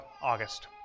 August